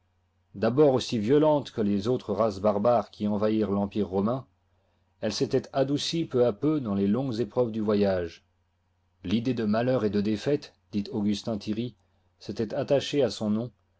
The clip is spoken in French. d'abord aussi violente que les autres races barbares qui envahirent l'empire romain elle s'était adoucie peu à peu dans les longues épreuves du voyage l'idée de malheur et de défaite dit augustin thierry s'était attachée h son nom